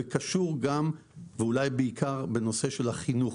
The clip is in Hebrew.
וקשור גם ואולי בעיקר בנושא של החינוך.